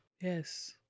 Yes